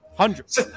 Hundreds